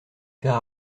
faire